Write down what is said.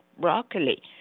broccoli